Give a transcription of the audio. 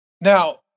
Now